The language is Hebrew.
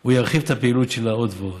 הוא ירחיב את הפעילות שלה עוד ועוד.